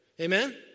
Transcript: Amen